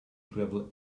travel